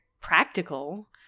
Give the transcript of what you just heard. practical